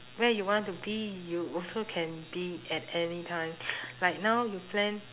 where you want to be you also can be at any time like now you plan